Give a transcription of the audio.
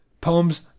poems